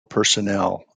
personnel